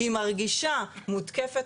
היא מרגישה מותקפת.